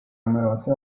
numerose